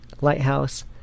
lighthouse